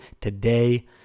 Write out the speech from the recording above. today